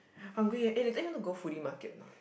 hungry eh later you want to go foodie market or not